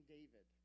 David